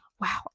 Wow